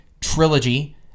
trilogy